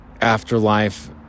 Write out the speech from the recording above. afterlife